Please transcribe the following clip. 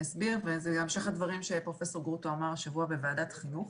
וזה בהמשך לדברים שפרופ' גרוטו אמר השבוע בוועדת החינוך.